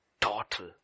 total